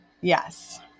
yes